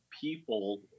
people